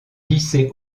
lycée